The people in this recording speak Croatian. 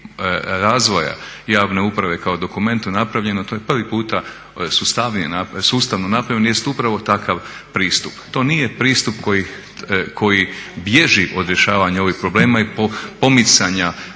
razvoja javne uprave kao dokumentu napravljeno to je prvi puta sustavno napravljeno, jest upravo takav pristup. To nije pristup koji bježi od rješavanja ovih problema i pomicanja